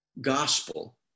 gospel